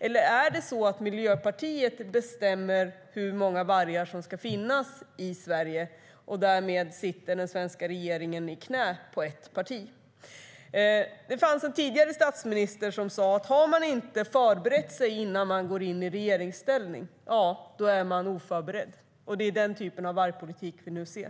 Eller är det Miljöpartiet som bestämmer hur många vargar det ska finnas i Sverige? I så fall sitter den svenska regeringen i knät på ett parti. En tidigare statsminister sa att har man inte förberett sig innan man går in i regeringsställning är man oförberedd, och det är den typen av vargpolitik vi nu ser.